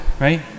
right